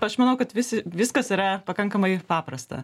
aš manau kad visi viskas yra pakankamai paprasta